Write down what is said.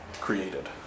created